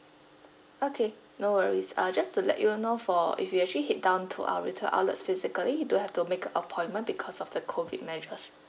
okay no worries uh just to let you know for if you actually head down to our retail outlets physically you do have to make a appointment because of the COVID measures